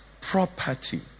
property